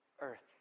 earth